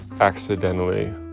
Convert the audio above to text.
accidentally